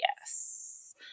yes